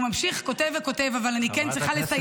והוא ממשיך, כותב וכותב, אבל אני כן צריכה לסיים.